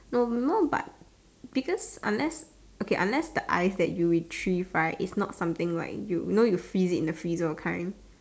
no no but because unless okay unless the ice that you retrieve right is not something like you know you freeze it in the freezer those kind